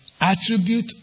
attribute